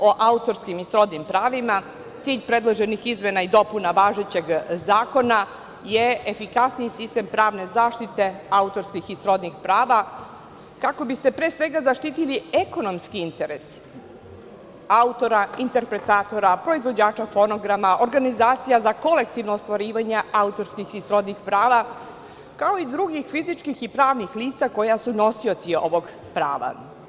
Kada je reč o autorskim i srodnim pravima, cilj predloženih izmena i dopuna važećeg zakona je efikasniji sistem pravne zaštite autorskih i srodnih prava kako bi se pre svega zaštitili ekonomski interesi autora, interpretatora, proizvođača fonograma, organizacija za kolektivno ostvarivanja autorskih i srodnih prava, kao i drugih fizičkih i pravnih lica koja su nosioci ovog prava.